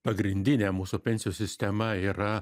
pagrindinė mūsų pensijų sistema yra